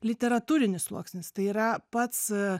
literatūrinis sluoksnis tai yra pats